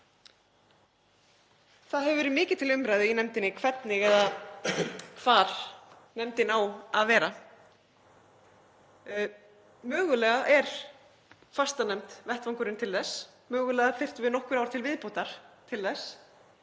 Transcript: Það hefur verið mikið til umræðu í nefndinni hvernig eða hvar nefndin eigi að vera. Mögulega er fastanefnd vettvangurinn til þess, mögulega þyrftum við nokkur ár til viðbótar til þess